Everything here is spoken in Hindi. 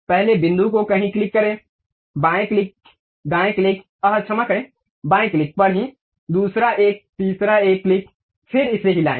पहले बिंदु को कहीं क्लिक करें बाएं क्लिक दाएं क्लिक आह क्षमा करें बाएं क्लिक पर ही दूसरा एक तीसरा एक क्लिक फिर इसे हिलाये